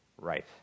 right